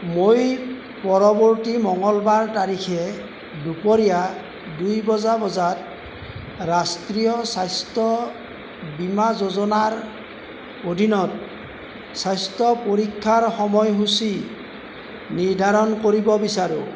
মই পৰৱৰ্তী মঙলবাৰ তাৰিখে দুপৰীয়া দুই বজা বজাত ৰাষ্ট্ৰীয় স্বাস্থ্য বীমা যোজনাৰ অধীনত স্বাস্থ্য পৰীক্ষাৰ সময়সূচী নিৰ্ধাৰণ কৰিব বিচাৰোঁ